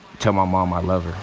tell my mom i love her.